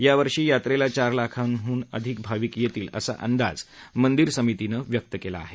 यावर्षी यात्रेला चार लाखांहून अधिक भाविक येतील असा अंदाज मंदीर समितीनं व्यक्त केला आहे